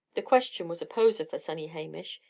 the question was a poser for sunny hamish.